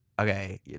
okay